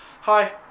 Hi